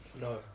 No